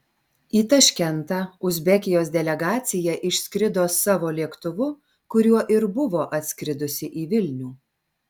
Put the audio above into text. į taškentą uzbekijos delegacija išskrido savo lėktuvu kuriuo ir buvo atskridusi į vilnių